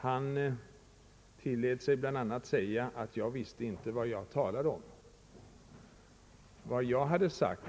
Han tillät sig bl.a. säga att jag inte visste vad jag talade om, Vad jag yttrade